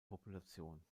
population